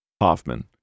Hoffman